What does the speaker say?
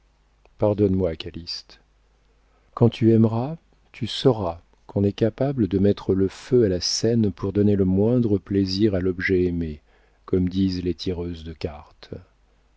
pardonne-moi calyste quand tu aimeras tu sauras qu'on est capable de mettre le feu à la seine pour donner le moindre plaisir à l'objet aimé comme disent les tireuses de cartes